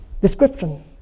description